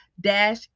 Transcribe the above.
dash